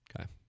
Okay